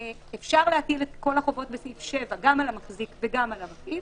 אפשר להטיל את כל החובות בסעיף 7 גם על המחזיק וגם על המפעיל,